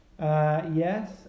Yes